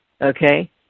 okay